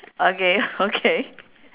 okay okay